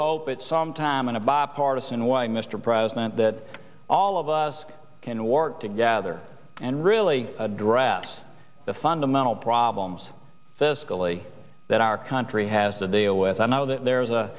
hope it sometime in a bipartisan way mr president that all of us can work together and really address the fundamental problems this gally that our country has to deal with i know there's a